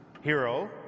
Hero